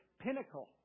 pinnacle